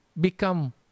become